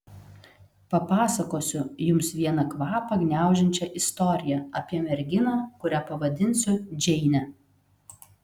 papasakosiu jums vieną kvapą gniaužiančią istoriją apie merginą kurią pavadinsiu džeine